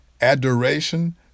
adoration